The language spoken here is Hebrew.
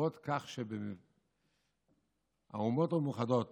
ובעקבות זה שהאומות המאוחדות